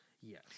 Yes